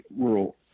rural